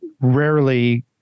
rarely